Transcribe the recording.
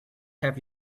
have